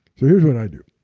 so here's what i do.